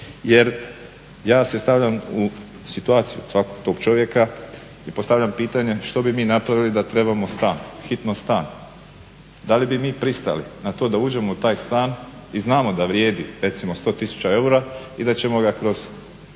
jer ja se stavljam u situaciju svakog tog čovjeka i postavljam pitanje što bi mi napravili da trebamo stan, hitno stan? Da li bi mi pristali na to da uđemo u taj stan i znamo da vrijedi recimo 100000 eura i da ćemo ga kroz